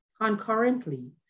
concurrently